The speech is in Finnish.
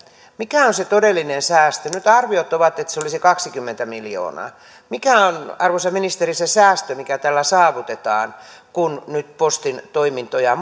mikä on se todellinen säästö nyt arviot ovat että se olisi kaksikymmentä miljoonaa mikä on arvoisa ministeri se säästö mikä tällä saavutetaan kun nyt postin toimintoja